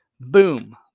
boom